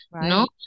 no